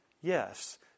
Yes